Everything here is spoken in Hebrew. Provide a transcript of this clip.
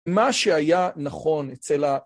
מה שהיה נכון אצל ה...